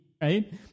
Right